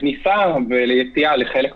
כרגע התקנות זה בחוק הכניסה לישראל --- מיכל,